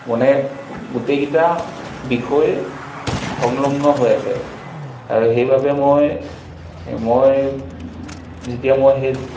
মানে গোটেইকেইটা বিষয় সংলগ্ন হৈ আছে আৰু সেইবাবে মই মই যেতিয়া মই সেই